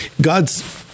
God's